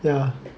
yeah